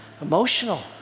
emotional